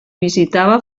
visitava